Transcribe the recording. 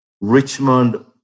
Richmond